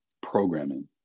programming